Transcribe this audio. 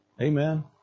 Amen